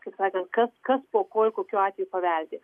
kaip sakant kas kas po ko ir kokiu atveju paveldi